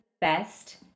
best